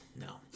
no